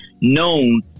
known